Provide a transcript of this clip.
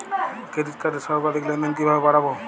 Credit কার্ডের সর্বাধিক লেনদেন কিভাবে বাড়াবো?